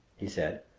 he said,